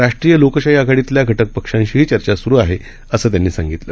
राष्ट्रीय लोकशाही आघाडीतल्या घटक पक्षांशीही चर्चा स्रु आहे असं त्यांनी सांगितलं